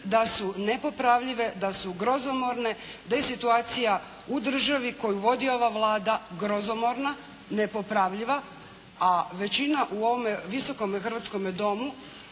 da su nepopravljive, da su grozomorne, da je situacija u državi koju vodi ova Vlada grozomorna, nepopravljiva a većina u ovome Visokome hrvatskome Domu